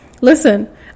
listen